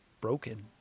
broken